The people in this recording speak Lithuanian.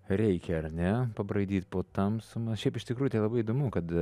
reikia ar ne pabraidyt po tamsumą šiaip iš tikrųjų tai labai įdomu kad